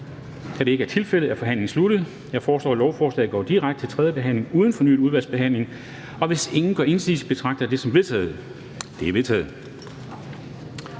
Da det ikke er tilfældet, er forhandlingen sluttet. Jeg foreslår, at lovforslaget går direkte til tredje behandling uden fornyet udvalgsbehandling. Og hvis ingen gør indsigelse, betragter jeg det som vedtaget. Det er vedtaget.